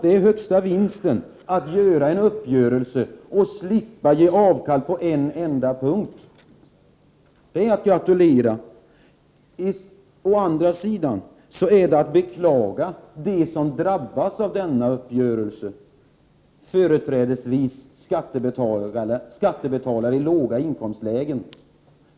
Det är högsta vinsten att göra en uppgörelse och slippa ge avkall på en enda punkt. Däremot är de som drabbas av denna uppgörelse — företrädesvis skattebetalare i låga inkomstlägen — att beklaga.